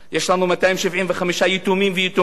יש לנו 275 יתומים ויתומות.